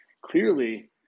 clearly